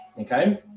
okay